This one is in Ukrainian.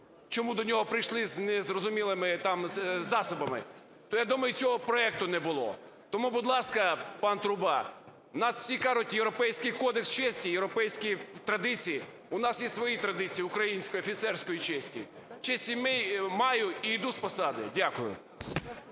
чому до нього прийшли з незрозумілими там засобами, то, я думаю, і цього проекту не було б. Тому, будь ласка, пан Труба, у нас всі кажуть, європейський кодекс честі, європейські традиції – у нас є свої традиції українські офіцерської честі: "Честь маю і йду з посади!" Дякую.